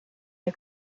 der